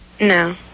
No